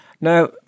now